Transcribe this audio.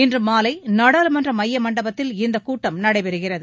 இன்று மாலை நாடாளுமன்ற மைய மண்டபத்தில் இந்தக் கூட்டம் நடைபெறுகிறது